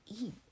eat